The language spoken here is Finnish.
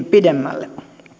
pidemmälle